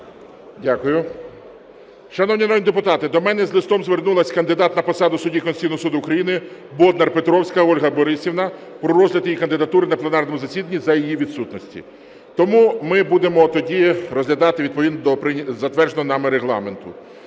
Дякую. Шановні народні депутати, до мене з листом звернулася кандидат на посаду судді Конституційного Суду України Боднар-Петровська Ольга Борисівна про розгляд її кандидатури на пленарному засіданні за її відсутності, тому ми будемо тоді розглядати відповідно до затвердженого нами регламенту.